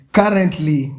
currently